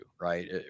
right